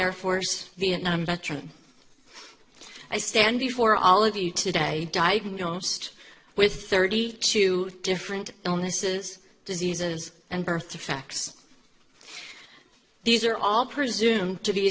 air force vietnam veteran i stand before all of you today diagnosed with thirty two different illnesses diseases and birth facts these are all presumed to be